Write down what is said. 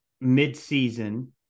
mid-season